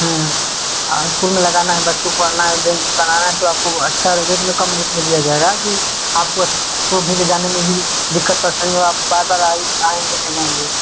हें और स्कूल में लगाना है बच्चों को पढ़ना है बेंच बनाना है तो आपको अच्छा रेट में कम रेट में दिया जाएगा कि आपको को भी ले जाने में भी दिक़्क़त परेशानी हो आप बार बार आएँ आएँगे ले जाएँगे